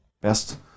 best